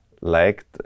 liked